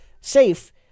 safe